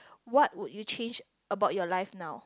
what would you change about your life now